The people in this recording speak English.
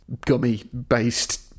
gummy-based